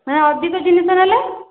ମାନେ ଅଧିକ ଜିନିଷ ନେଲେ